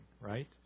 right